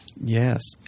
Yes